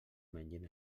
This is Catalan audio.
mengen